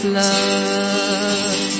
love